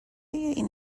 این